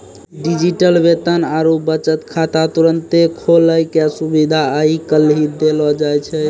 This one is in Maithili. डिजिटल वेतन आरु बचत खाता तुरन्ते खोलै के सुविधा आइ काल्हि देलो जाय छै